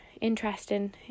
interesting